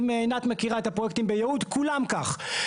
אם עינת מכירה את הפרויקטים ביהוד, כולם כך.